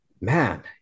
man